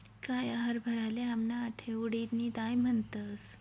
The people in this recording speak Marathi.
काया हरभराले आमना आठे उडीदनी दाय म्हणतस